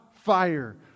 fire